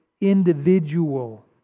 individual